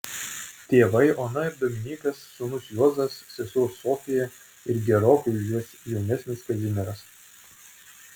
tėvai ona ir dominykas sūnus juozas sesuo sofija ir gerokai už juos jaunesnis kazimieras